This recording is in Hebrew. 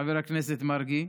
חבר הכנסת מרגי,